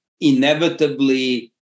inevitably